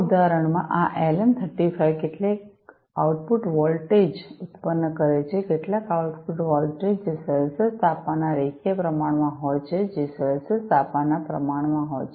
આ ઉદાહરણમાં આ એલએમ 35 કેટલાક આઉટપુટ વોલ્ટેજ ઉત્પન્ન કરે છે કેટલાક આઉટપુટ વોલ્ટેજ જે સેલ્સિયસ તાપમાનના રેખીય પ્રમાણમાં હોય છે જે સેલ્સિયસ તાપમાનના પ્રમાણમાં હોય છે